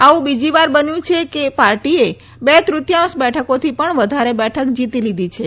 આવું બીજીવાર બન્યું છે કે પાર્ટી બે તૃતિયાંશ બેઠકોથી પણ વધારે બેઠક જીતી લીધી છે